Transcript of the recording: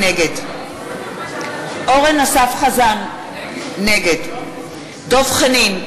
נגד אורן אסף חזן, נגד דב חנין,